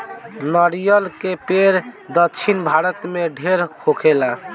नरियर के पेड़ दक्षिण भारत में ढेर होखेला